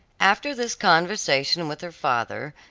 after this conversation with her father,